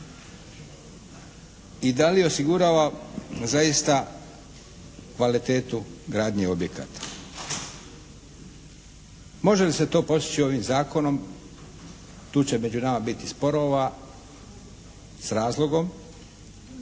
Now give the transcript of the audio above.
I da li osigurava zaista kvalitetu gradnje objekata? Može li se to postići ovim zakonom? Tu će među nama biti sporova s razlogom